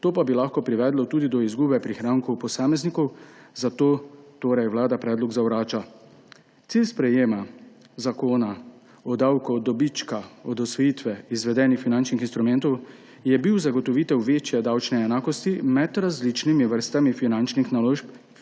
to pa bi lahko privedlo tudi do izgube prihrankov posameznikov, zato torej Vlada predlog zavrača. Cilj sprejetja zakona o davku od dobička od odsvojitve izvedenih finančnih instrumentov je bil zagotovitev večje davčne enakosti med različnimi vrstami finančnih naložb